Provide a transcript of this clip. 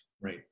Right